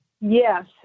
yes